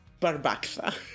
Barbaxa